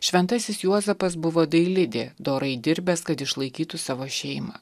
šventasis juozapas buvo dailidė dorai dirbęs kad išlaikytų savo šeimą